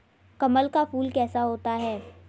कमल का फूल कैसा होता है?